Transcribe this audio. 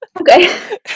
Okay